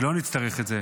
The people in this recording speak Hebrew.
שלא נצטרך את זה,